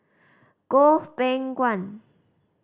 Goh Beng Kwan